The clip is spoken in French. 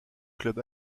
club